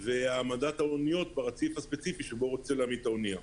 והעמדת האוניות ברציף הספציפי שבו הם רוצים להעמיד את האונייה.